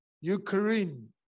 Ukraine